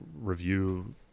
review